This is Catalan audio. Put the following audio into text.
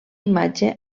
imatge